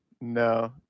No